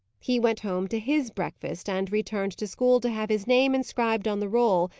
he went home to his breakfast, and returned to school to have his name inscribed on the roll,